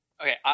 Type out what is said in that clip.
Okay